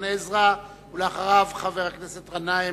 גדעון עזרא, ואחריו, חבר הכנסת גנאים,